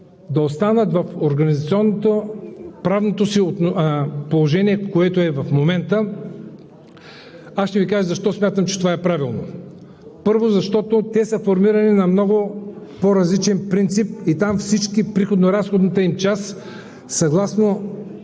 да останат в организационното и правното си положение, което е в момента. Аз ще Ви кажа защо смятам, че това е правилно. Първо, защото те са формирани на много по-различен принцип и там приходно-разходната им част съгласно